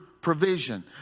provision